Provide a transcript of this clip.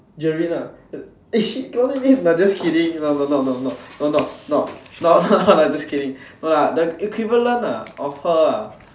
Jeryn ah eh shit cannot say name no just kidding not not not not not not not not not not just kidding no lah the equivalent ah of her ah